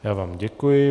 Já vám děkuji.